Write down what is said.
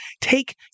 take